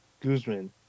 Guzman